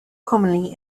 commonly